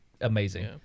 amazing